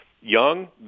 young